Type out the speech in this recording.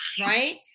right